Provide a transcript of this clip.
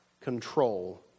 control